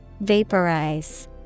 Vaporize